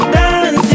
Dance